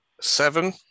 seven